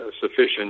sufficient